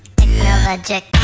technologic